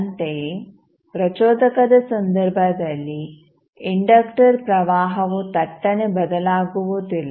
ಅಂತೆಯೇ ಪ್ರಚೋದಕದ ಸಂದರ್ಭದಲ್ಲಿ ಇಂಡಕ್ಟರ್ ಪ್ರವಾಹವು ಥಟ್ಟನೆ ಬದಲಾಗುವುದಿಲ್ಲ